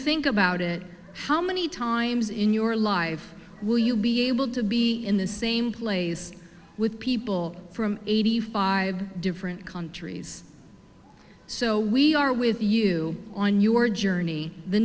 think about it how many times in your life will you be able to be in the same place with people from eighty five different countries so we are with you on your journey the